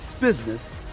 business